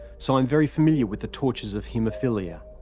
so i'm very familiar with the tortures of haemophilia.